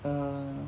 err